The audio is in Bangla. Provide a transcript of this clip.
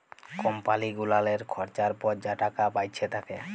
কম্পালি গুলালের খরচার পর যা টাকা বাঁইচে থ্যাকে